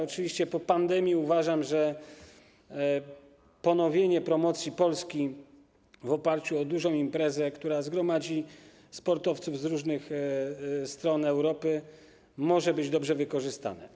Oczywiście uważam, że po pandemii ponowienie promocji Polski w oparciu o dużą imprezę, która zgromadzi sportowców z różnych stron Europy, może być dobrze wykorzystane.